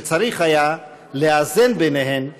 וצריך היה לאזן ביניהן בעדינות.